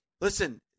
listen